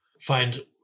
find